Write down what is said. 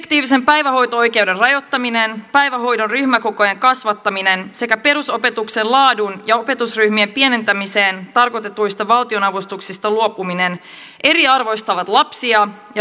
subjektiivisen päivähoito oikeuden rajoittaminen päivähoidon ryhmäkokojen kasvattaminen sekä perusopetuksen laadun parantamiseen ja opetusryhmien pienentämiseen tarkoitetuista valtionavustuksista luopuminen eriarvoistavat lapsia ja lapsiperheitä